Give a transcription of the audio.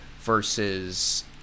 versus